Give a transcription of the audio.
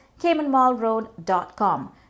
caymanmallroad.com